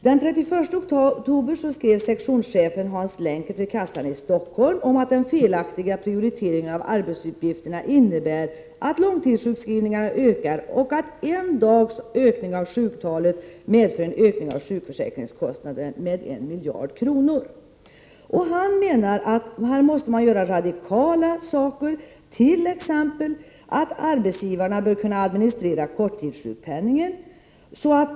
Den 31 oktober skrev sektionschefen Hans Lenkert vid försäkringskassan i Stockholm att den felaktiga prioriteringen av arbetsuppgifterna innebär att långtidssjukskrivningarna ökar och att en dags ökning av sjuktalet medför en ökning av sjukförsäkringskostnaderna med 1 miljard kronor. Han anser att radikala åtgärder måste vidtas, t.ex. att arbetsgivarna bör kunna administrera kortidssjukpenningen.